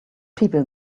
people